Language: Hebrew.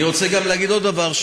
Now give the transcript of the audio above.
אני רוצה גם להגיד עוד דבר,